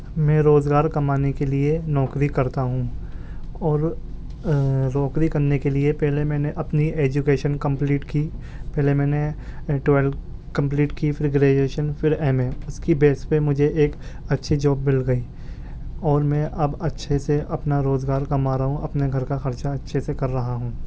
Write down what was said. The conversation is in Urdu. میں روزگار کمانے کے لئے نوکری کرتا ہوں اور نوکری کرنے کے لئے پہلے میں نے اپنی ایجوکیشن کمپلیٹ کی پہلے میں نے ٹویلتھ کمپلیٹ کی پھر گریجویشن پھر ایم اے اس کی بیس پہ مجھے ایک اچھی جاب مل گئی اور میں اب اچھے سے اپنا روزگار کما رہا ہوں اپنے گھر کا خرچہ اچھے سے کر رہا ہوں